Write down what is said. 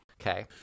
Okay